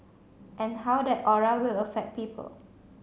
and how that aura will affect people